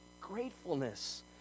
gratefulness